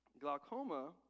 glaucoma